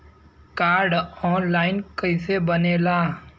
Card online कइसे बनेला?